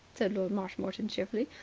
said lord marshmoreton cheerfully,